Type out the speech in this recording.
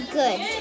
good